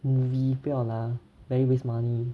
movie 不要啦 very waste money